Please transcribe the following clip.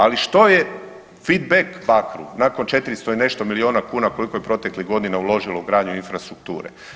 Ali što je fit bek Bakru nakon 400 i nešto milijuna kuna koliko je proteklih godina uložilo u gradnju infrastrukture.